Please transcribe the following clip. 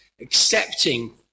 accepting